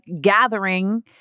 gathering